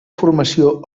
formació